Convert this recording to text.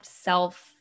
self